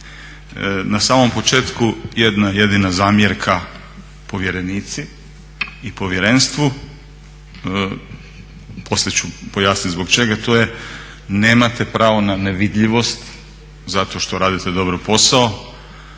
Na samom početku jedna jedina zamjerka povjerenici i povjerenstvu, poslije ću pojasniti zbog čega, to je nemate pravo na nevidljivost zato što radite dobro posao.